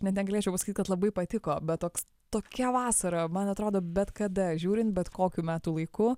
net negalėčiau pasakyt kad labai patiko bet toks tokia vasara man atrodo bet kada žiūrint bet kokiu metų laiku